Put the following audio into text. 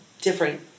different